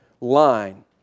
line